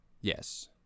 yes